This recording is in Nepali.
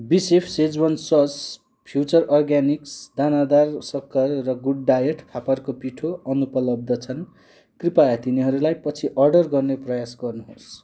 be safe schezwan sauce future organics दानादार सक्खर र गुड डायट फापरको पिठो अनुपलब्ध छन् कृपया तिनीहरूलाई पछि अर्डर गर्ने प्रयास गर्नुहोस्